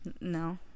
No